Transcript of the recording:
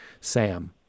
Sam